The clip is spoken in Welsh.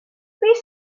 beth